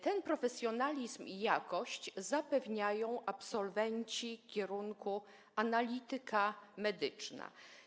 Ten profesjonalizm i jakość zapewniają absolwenci kierunku: analityka medyczna.